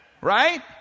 Right